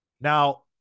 Now